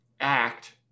act